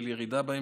של ירידה בה,